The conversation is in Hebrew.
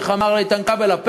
איך אמר איתן כבל?